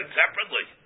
separately